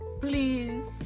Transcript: please